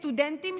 סטודנטים,